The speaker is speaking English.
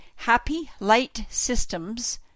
happylightsystems